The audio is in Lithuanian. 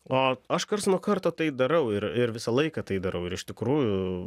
o aš karts nuo karto tai darau ir ir visą laiką tai darau ir iš tikrųjų